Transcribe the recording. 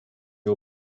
you